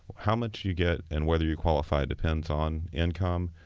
how much you get and whether you qualify depends on income,